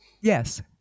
Yes